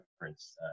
reference